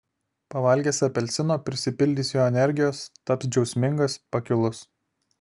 pavalgęs apelsino prisipildys jo energijos taps džiaugsmingas pakilus